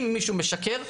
אם מישהו משקר,